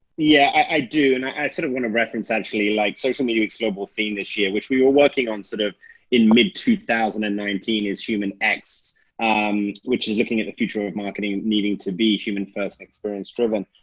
yeah, i do, and i sort of wanna reference actually like social media global theme this year, which we are working on sort of in mid two thousand and nineteen is human x which is looking at the future of marketing, needing to be human first experience-driven.